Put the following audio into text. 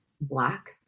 black